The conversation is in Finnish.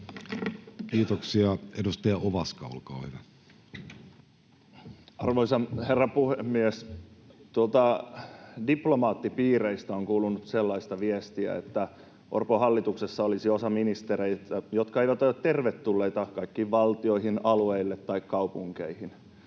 Kiitoksia. — Edustaja Ovaska, olkaa hyvä. Arvoisa herra puhemies! Diplomaattipiireistä on kuulunut sellaista viestiä, että Orpon hallituksessa olisi osa ministereitä, jotka eivät ole tervetulleita kaikkiin valtioihin, alueille tai kaupunkeihin.